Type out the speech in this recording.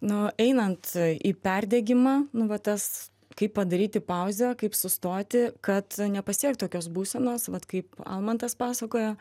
nu einant į perdegimą nu va tas kaip padaryti pauzę kaip sustoti kad nepasiekt tokios būsenos vat kaip almantas pasakoja